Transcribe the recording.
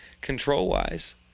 control-wise